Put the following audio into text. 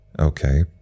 Okay